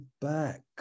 back